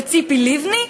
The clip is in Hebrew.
וציפי לבני?